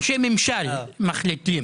אנשי ממשל מחליטים.